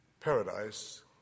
Paradise